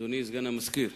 אדוני סגן המזכיר,